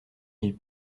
ils